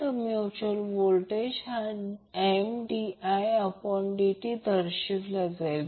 तर mutual voltage हा Mdidt दर्शविला जाईल